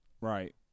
Right